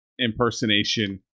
impersonation